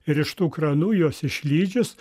ir iš tų kranų juos išlydžius